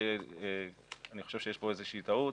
כי אני חושב שיש פה איזה שהיא טעות.